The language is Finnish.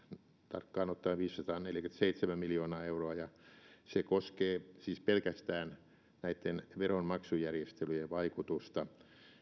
tarkkaan ottaen viisisataaneljäkymmentäseitsemän miljoonaa euroa ja se koskee siis pelkästään näitten veronmaksujärjestelyjen vaikutusta